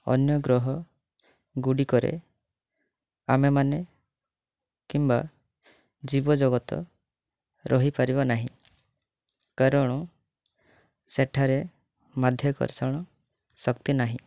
ଅନ୍ୟ ଗ୍ରହ ଗୁଡ଼ିକରେ ଆମେମାନେ କିମ୍ବା ଜୀବ ଜଗତ ରହିପାରିବ ନାହିଁ କାରଣ ସେଠାରେ ମାଧ୍ୟାକର୍ଷଣ ଶକ୍ତି ନାହିଁ